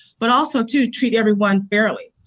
but also too, treat everyone fairly.